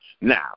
Now